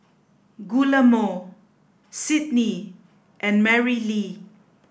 Guillermo Sydnie and Marilee